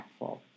impactful